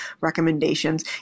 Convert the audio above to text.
recommendations